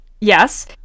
Yes